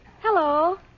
Hello